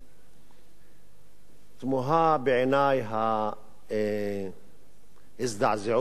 תמוהה בעיני ההזדעזעות מכך